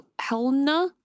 Helena